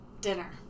dinner